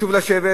וחשוב לשבת